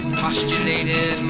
postulated